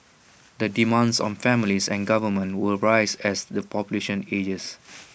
the demands on families and government will rise as the population ages